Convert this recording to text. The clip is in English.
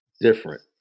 different